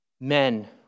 Men